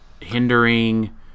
hindering